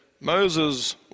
Moses